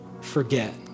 forget